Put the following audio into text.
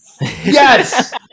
yes